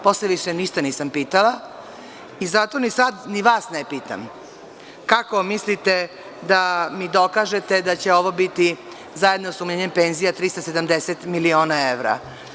Posle više ništa nisam pitala i zato ni sad vas ne pitam kako mislite da mi dokažete da će ovo biti zajedno sa umanjenjem penzija 370 miliona evra.